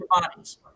bodies